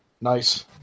nice